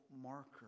marker